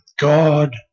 God